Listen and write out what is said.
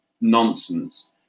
nonsense